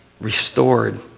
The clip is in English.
restored